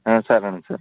సరేనండి సరే